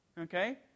Okay